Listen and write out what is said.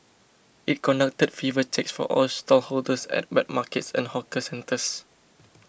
it conducted fever checks for all stallholders at wet markets and hawker centres